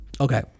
okay